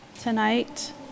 tonight